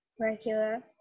Regular